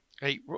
Hey